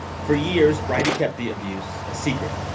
for years, bridie kept the abuse a secret.